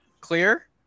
Clear